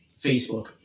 Facebook